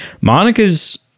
Monica's